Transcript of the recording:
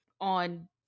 on